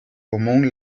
común